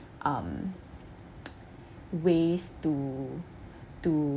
um ways to to